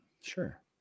sure